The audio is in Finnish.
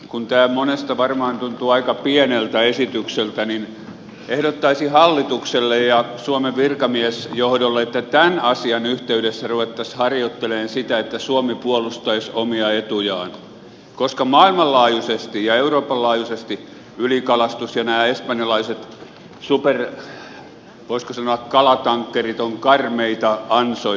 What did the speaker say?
kun tämä monesta varmaan tuntuu aika pieneltä esitykseltä niin ehdottaisin hallitukselle ja suomen virkamiesjohdolle että tämän asian yhteydessä ruvettaisiin harjoittelemaan sitä että suomi puolustaisi omia etujaan koska maailmanlaajuisesti ja euroopan laajuisesti ylikalastus ja nämä espanjalaiset voisiko sanoa superkalatankkerit ovat karmeita ansoja